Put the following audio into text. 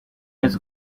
wese